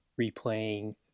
replaying